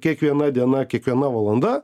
kiekviena diena kiekviena valanda